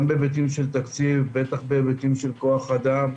גם היבטים של תקציב בטח היבטי כוח אדם,